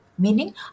Meaning